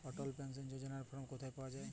অটল pension যোজনার form কোথায় পাওয়া যাবে?